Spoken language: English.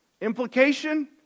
Implication